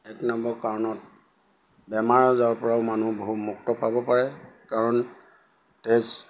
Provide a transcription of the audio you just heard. এক নম্বৰ কাৰণত বেমাৰ আজাৰৰ পৰাও মানুহ বহু মুক্ত পাব পাৰে কাৰণ তেজ